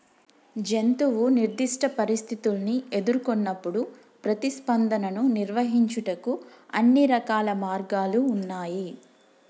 జంతువు నిర్దిష్ట పరిస్థితుల్ని ఎదురుకొన్నప్పుడు ప్రతిస్పందనను నిర్వహించుటకు అన్ని రకాల మార్గాలు ఉన్నాయి